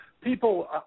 people